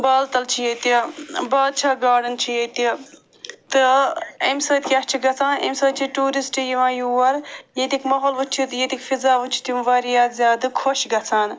بال تل چھُ ییٚتہِ بادشاہ گاڈن چھِ ییٚتہِ تہٕ اَمہِ سۭتۍ کیٛاہ چھُ گَژھان اَمہِ سۭتۍ چھُ ٹوٗرسٹ یِوان یور ییٚتِکۍ ماحول وٕچھِتھ ییٚتِکۍ فِزا وٕچھِتھ یِم وارِیاہ زیادٕ خۄش گَژھان